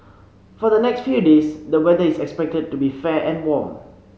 for the next few days the weather is expected to be fair and warm